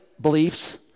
beliefs